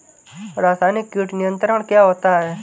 रसायनिक कीट नियंत्रण क्या होता है?